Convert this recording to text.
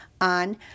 on